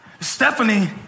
Stephanie